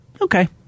Okay